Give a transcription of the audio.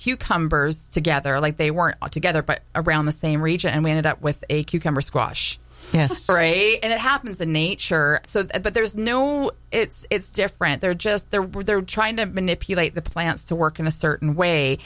cute cumbers together like they weren't together but around the same region and we ended up with a cucumber squash for a and it happens in nature so that but there's no it's different they're just there where they're trying to manipulate the plants to work in a certain way